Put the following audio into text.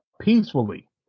peacefully